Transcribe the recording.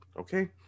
okay